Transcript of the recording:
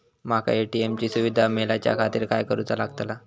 माका ए.टी.एम ची सुविधा मेलाच्याखातिर काय करूचा लागतला?